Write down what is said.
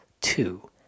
Two